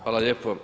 Hvala lijepo.